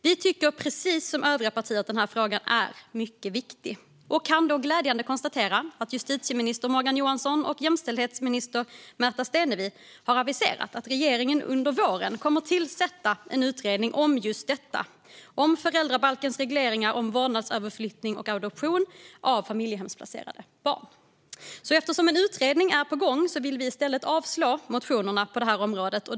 Vi tycker precis som övriga partier att den här frågan är mycket viktig och kan då glädjande nog konstatera att justitieminister Morgan Johansson och jämställdhetsminister Märta Stenevi har aviserat att regeringen under våren kommer att tillsätta en utredning om just detta, det vill säga föräldrabalkens reglering av vårdnadsöverflyttning och adoption av familjehemsplacerade barn. Eftersom en utredning är på gång vill vi i stället att riksdagen avslår motionerna på det här området.